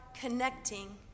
connecting